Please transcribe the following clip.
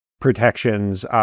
protections